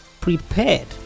prepared